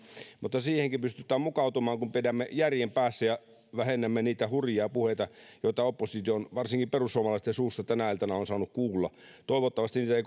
mutta siihenkin pystytään mukautumaan kun pidämme järjen päässä ja vähennämme niitä hurjia puheita joita opposition varsinkin perussuomalaisten suusta tänä iltana on saanut kuulla toivottavasti niitä ei